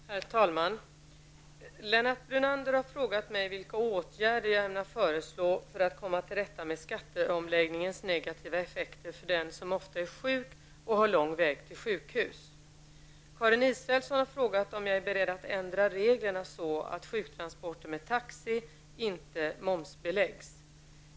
Herr talman! Lennart Brunander har frågat vilka åtgärder jag ämnar föreslå för att komma till rätta med skatteomläggningens negativa effekter för den som ofta är sjuk och har lång väg till sjukhus. Karin Israelsson har frågat om jag är beredd att ändra reglerna så att sjuktransporter med taxi inte momsbeläggs.